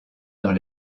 dans